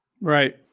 Right